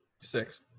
Six